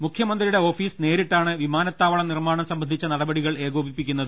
മുഖ്യ മന്ത്രിയുടെ ഓഫീസ് നേരിട്ടാണ് വിമാനത്താവളം നിർമ്മാണം സംബന്ധിച്ച നടപടികൾ ഏകോപിപ്പിക്കുന്നത്